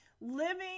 living